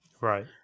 right